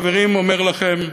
חברים, אומר לכם: